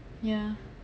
yeah